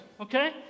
Okay